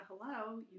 hello